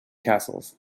castles